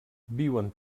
viuen